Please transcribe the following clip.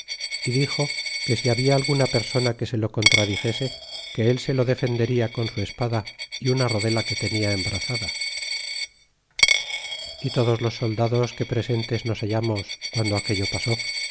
y dixo que si habia alguna persona que se lo contradixese que él se lo defenderla con su espada y una rodela que tenia embraiada y todos los soldados que presentes nos hallamos guando aquello pasó